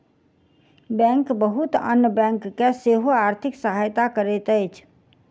bank बहुत अन्य bank के सेहो आर्थिक सहायता करैत अछि